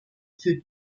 für